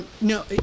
No